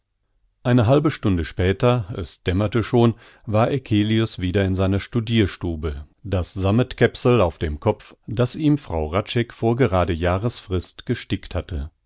eine halbe stunde später es dämmerte schon war eccelius wieder in seiner studirstube das sammetkäppsel auf dem kopf das ihm frau hradscheck vor gerade jahresfrist gestickt hatte